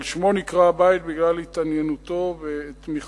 על שמו נקרא הבית, בגלל התעניינותו ותמיכתו.